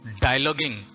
Dialoguing